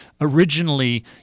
originally